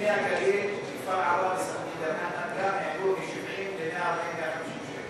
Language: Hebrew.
בכפר עראבה ודיר-חנא העלו מ-70 ל-140 150 שקל.